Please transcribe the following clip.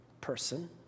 person